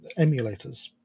emulators